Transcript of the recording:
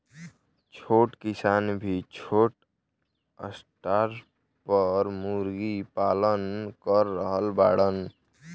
छोट किसान भी छोटा स्टार पर मुर्गी पालन कर रहल बाड़न